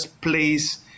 place